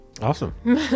Awesome